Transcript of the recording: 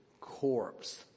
corpse